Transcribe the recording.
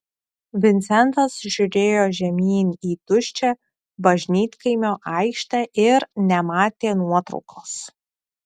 vincentas žiūrėjo žemyn į tuščią bažnytkaimio aikštę ir nematė nuotraukos